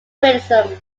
criticism